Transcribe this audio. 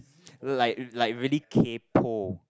like like really kaypo